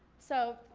so,